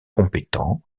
compétents